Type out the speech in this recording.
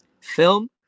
film